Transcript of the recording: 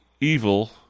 evil